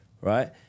right